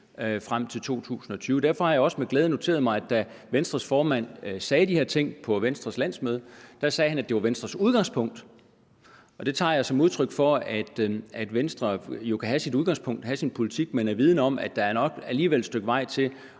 frem til 2020. Derfor har jeg også med glæde noteret mig, at da Venstres formand sagde de her ting på Venstres landsmøde, sagde han, at det er Venstres udgangspunkt. Det tager jeg som udtryk for, at Venstre jo kan have sit udgangspunkt og sin politik, men er vidende om, at der nok alligevel er et stykke vej til